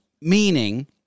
meaning